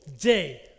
day